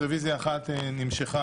רביזיה אחת נמשכה,